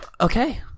Okay